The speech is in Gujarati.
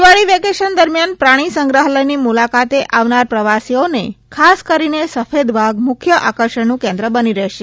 દિવાળી વેકેશન દરમિયાન પ્રાણી સંગ્રહાલય ની મુલાકાતે આવનાર પ્રવાસીઓને ખાસ કરીને સફેદ વાઘ મુખ્ય આકર્ષણનું કેન્દ્ર બની રહેશે